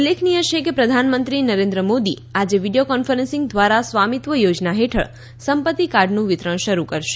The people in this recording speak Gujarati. ઉલ્લેખનીય છે કે પ્રધાનમંત્રી નરેન્દ્ર મોદી આજે વીડિયો કોન્ફરન્સિંગ દ્વારા સ્વામીત્વ યોજના હેઠળ સંપત્તિ કાર્ડનું વિતરણ શરૂ કરશે